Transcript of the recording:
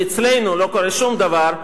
שאצלנו לא קורה שום דבר,